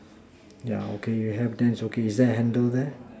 yeah okay you have then it's okay is there a handle there